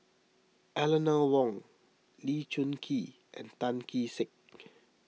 Eleanor Wong Lee Choon Kee and Tan Kee Sek